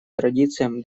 традициям